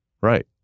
right